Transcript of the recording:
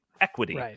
Equity